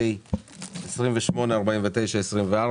פ/2849/24,